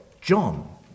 John